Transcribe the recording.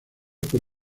por